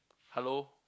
hello